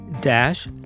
dash